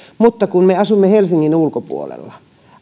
mutta kun me asumme helsingin ulkopuolella